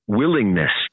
willingness